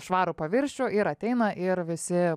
švarų paviršių ir ateina ir visi